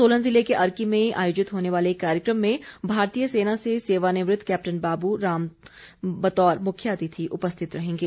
सोलन जिले के अर्की में आयोजित होने वाले कार्यक्रम में भारतीय सेना से सेवानिवृत कैप्टन बाबू राम बतौर मुख्य अतिथि उपस्थित रहेंगे